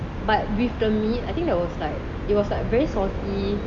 but with the meat I think there was like it was very salty